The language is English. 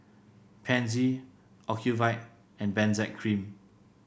Pansy Ocuvite and Benzac Cream